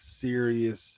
serious